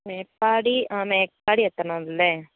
മേപ്പാടി ആ മേപ്പാടി എത്തണം ലെ